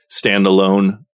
standalone